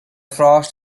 frost